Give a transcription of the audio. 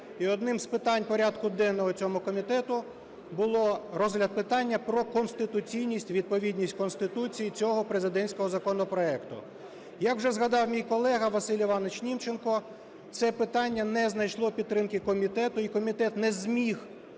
І одним з питань порядку денного цього комітету був розгляд питання про конституційність, відповідність Конституції цього президентського законопроекту. Як вже згадав мій колега Василь Іванович Німченко, це питання не знайшло підтримки комітету і комітет не зміг